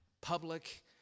public